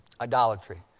Idolatry